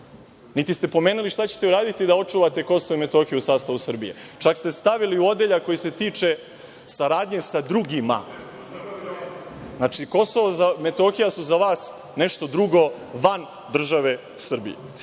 niti ste pomenuli šta ćete uraditi da očuvate KiM u sastavu Srbije, čak ste stavili u odeljak koji se tiče saradnje sa drugima. Znači, KiM su za vas nešto drugo, van države Srbije.U